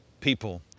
people